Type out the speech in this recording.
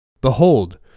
Behold